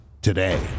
Today